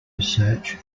research